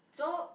so